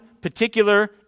particular